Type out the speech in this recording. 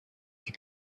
die